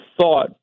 thought